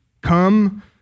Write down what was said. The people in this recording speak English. Come